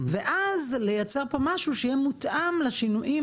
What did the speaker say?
ואז לייצר פה משהו שיהיה מותאם לשינויים